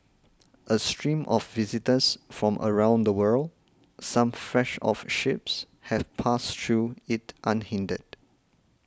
a stream of visitors from around the world some fresh off ships have passed through it unhindered